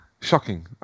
shocking